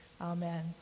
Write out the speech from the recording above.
Amen